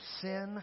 sin